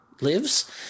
lives